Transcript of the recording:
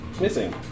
Missing